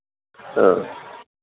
సరే